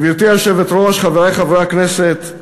גברתי היושבת-ראש, חברי חברי הכנסת,